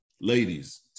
ladies